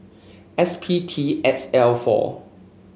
S P T X L four